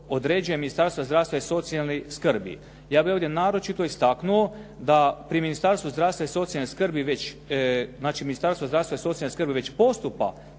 određuje Ministarstvo zdravstva i socijalne skrbi. Ja bih ovdje naročito istaknuo da Ministarstvu zdravstva i socijalne skrbi već postupa